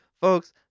folks